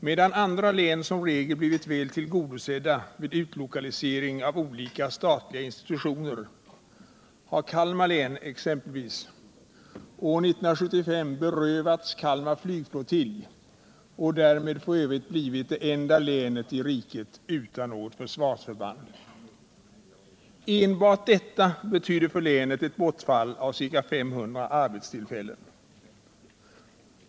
Medan andra län som regel blivit väl tillgodosedda vid utlokalisering av olika statliga institutioner har Kalmar län exempelvis år 1975 berövats Kalmar flygflottilj — och därmed f. ö. blivit det enda länet i riket som är utan något försvarsförband. Enbart detta betydde för länet ett bortfall av ca 500 arbetstillfällen.